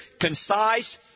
concise